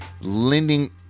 lending